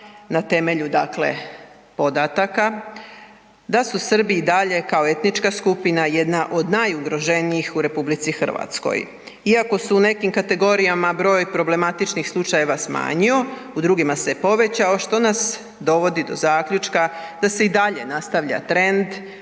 na temelju dakle podataka da su Srbi i dalje kao etnička skupina jedna od najugroženijih u RH. Iako se u nekim kategorijama broj problematičnih slučajeva smanjio, u drugima se povećao, što nas dovodi do zaključka da se i dalje nastavlja trend